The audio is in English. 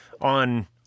on